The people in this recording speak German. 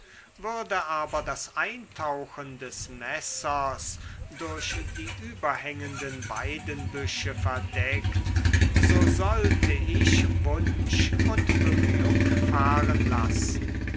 würde aber das eintauchen des messers durch die überhängenden weidenbüsche verdeckt so sollte ich wunsch und bemühung fahren lassen